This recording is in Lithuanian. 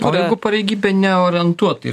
o jeigu pareigybė neorientuota